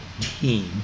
team